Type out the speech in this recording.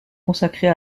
consacrée